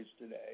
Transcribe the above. today